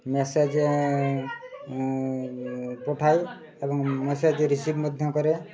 message ପଠାଇ ଏବଂ message receive ମଧ୍ୟ କରେ